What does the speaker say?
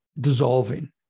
dissolving